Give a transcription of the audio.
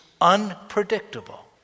unpredictable